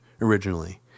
originally